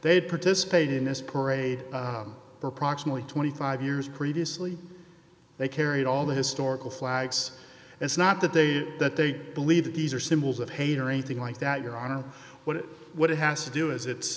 had participated in this parade for approximately twenty five years previously they carried all the historical flags it's not that they that they believe that these are symbols of hate or anything like that your honor what it what it has to do is it